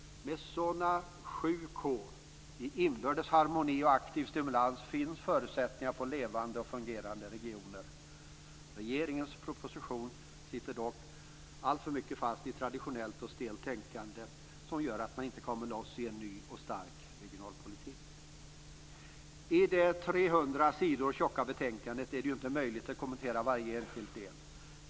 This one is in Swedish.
Med dessa sju K i inbördes harmoni och aktiv stimulans finns förutsättningar för levande och fungerande regioner. Regeringens proposition sitter dock alltför mycket fast i traditionellt och stelt tänkande, som gör att man inte kommer loss i en ny och stark regionalpolitik. I det 300 sidor tjocka betänkandet är det inte möjligt att kommentera varje enskild del.